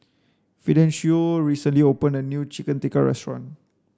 Fidencio recently opened a new Chicken Tikka restaurant